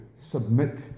submit